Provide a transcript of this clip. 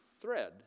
thread